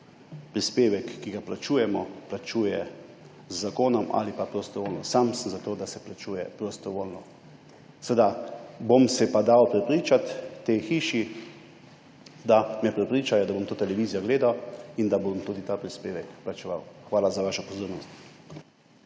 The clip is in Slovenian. prispevek, ki ga plačujemo, plačuje z zakonom ali pa prostovoljno. Sam sem za to, da se plačuje prostovoljno. Seveda se bom pa dal prepričati tej hiši, da me prepričajo, da bom to televizijo gledal in da bom tudi ta prispevek plačeval. Hvala za vašo pozornost.